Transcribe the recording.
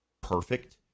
perfect